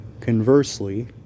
conversely